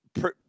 Pre